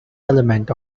element